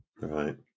Right